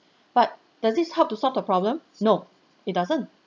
but does this help to solve the problem no it doesn't